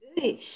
good